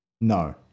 No